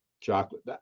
chocolate